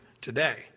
today